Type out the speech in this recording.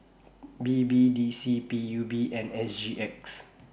B B D C P U B and S G X